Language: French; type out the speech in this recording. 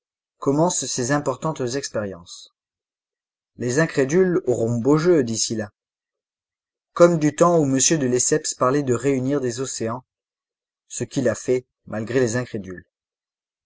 ses importantes expériences les incrédules auront beau jeu d'ici là comme du temps où m de lesseps parlait de réunir des océans